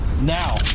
now